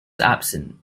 absent